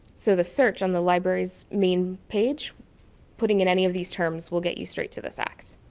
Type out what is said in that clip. so the search on the libraries main page putting in any of these terms will get you straight to this act.